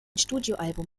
studioalbum